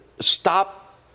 stop